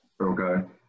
Okay